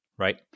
Right